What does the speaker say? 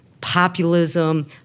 populism